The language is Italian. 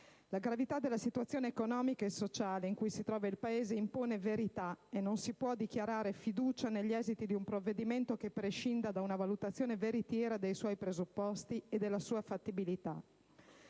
La gravità della situazione economica e sociale in cui si trova il Paese impone verità, e non si può dichiarare fiducia negli esiti di un provvedimento che prescinda da una valutazione veritiera dei suoi presupposti e della sua fattibilità.